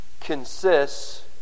consists